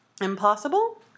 Impossible